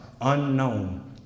unknown